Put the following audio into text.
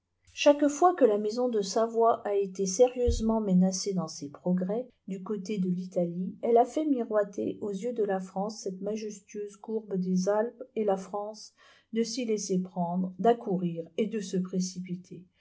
chaque fois que la maison de savoie a été sérieusement menacée dans ses progrès du côté de l'italie elle a fait miroiter aux yeux de la france cette majesteuse courbe des alpes et la france de s'y laisser prendre d'accourir et de se précipiter